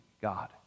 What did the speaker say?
God